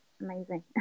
amazing